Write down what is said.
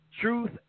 Truth